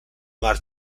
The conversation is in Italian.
mar